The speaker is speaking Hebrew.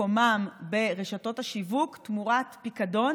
מקומם ברשתות השיווק תמורת פיקדון,